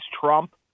trump